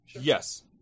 Yes